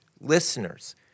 listeners